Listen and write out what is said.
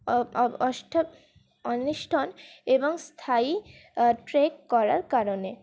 অন্বিষ্ঠন এবং স্থায়ী ট্রেক করার কারণে